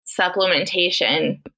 supplementation